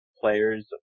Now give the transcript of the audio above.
players